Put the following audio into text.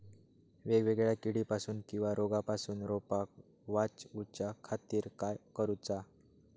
वेगवेगल्या किडीपासून किवा रोगापासून रोपाक वाचउच्या खातीर काय करूचा?